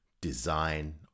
design